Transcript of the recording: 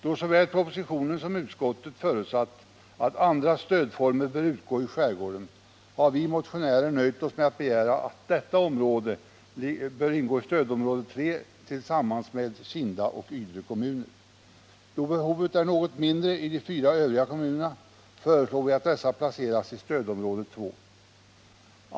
Då såväl propositionen som utskottet förutsatt att andra stödformer bör utgå i skärgården har vi motionärer nöjt oss med att begära att detta område skall ingå i stödområde 3 tillsammans med Kinda och Ydre kommuner. Då behovet är något mindre i de fyra övriga kommunerna föreslår vi att dessa placeras i stödområde 2.